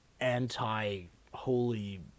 anti-holy